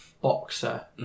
boxer